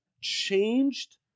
changed